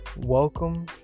Welcome